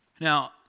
Now